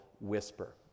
whisper